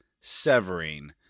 severing